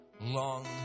long